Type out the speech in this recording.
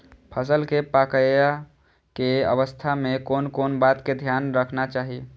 फसल के पाकैय के अवस्था में कोन कोन बात के ध्यान रखना चाही?